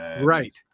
Right